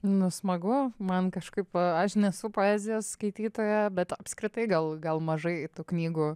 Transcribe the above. nu smagu man kažkaip aš nesu poezijos skaitytoja bet apskritai gal gal mažai tų knygų